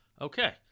Okay